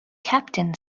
captain